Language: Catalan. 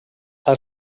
tan